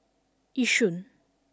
Yishun